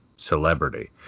celebrity